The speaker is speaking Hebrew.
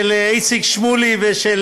של איציק שמולי ושל